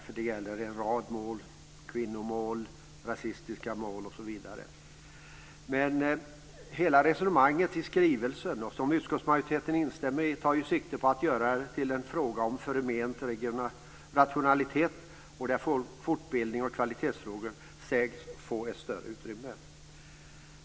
Det gäller en rad mål; kvinnomål, rasistiska mål osv. Men hela resonemanget i skrivelsen, som utskottsmajoriteten instämmer i, tar ju sikte på att göra det till en fråga om förment rationalitet där fortbildning och kvalitetsfrågor sägs få större utrymme.